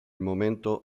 momento